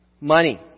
money